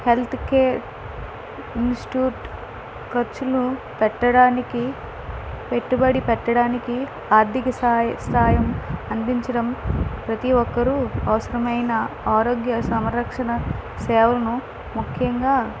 health care institute ఖర్చులు పెట్టడానికి పెట్టుబడి పెట్టడానికి ఆర్థిక సహాయం అందించడం ప్రతి ఒక్కరూ అవసరమైన ఆరోగ్య సంరక్షణ సేవను ముఖ్యంగా